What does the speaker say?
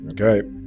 Okay